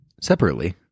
Separately